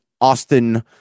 Austin